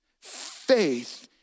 Faith